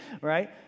right